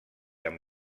amb